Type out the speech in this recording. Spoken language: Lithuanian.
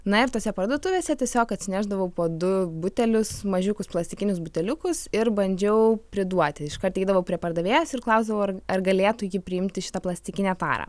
na ir tose parduotuvėse tiesiog atsinešdavau po du butelius mažiukus plastikinius buteliukus ir bandžiau priduoti iškart eidavau prie pardavėjos ir klausdavau ar galėtų ji priimti šitą plastikinę tarą